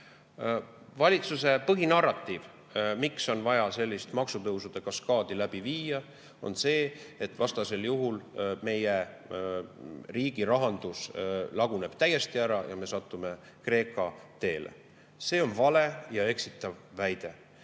Valitsuse põhinarratiiv, miks on vaja sellist maksutõusude kaskaadi läbi viia, on see, et vastasel juhul meie riigi rahandus laguneb täiesti ära ja me satume Kreeka teele. See on vale ja eksitav väide.